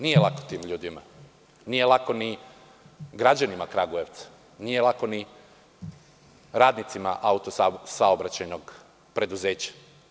Nije lako ti ljudima, nije lako ni građanima Kragujevca, nije lako ni radnicima „Auto-saobraćajnog preduzeća“